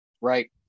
right